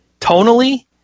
tonally